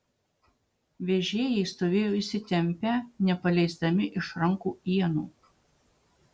vežėjai stovėjo įsitempę nepaleisdami iš rankų ienų